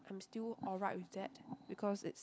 I'm still alright with that because it's